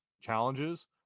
challenges